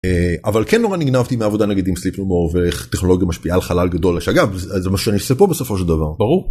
אבל כן נורא נגנבתי מעבודה נגיד עם סליפנומור ואיך טכנולוגיה משפיעה על חלל גדול שאגב זה מה שאני עושה פה בסופו של דבר.